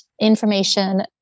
information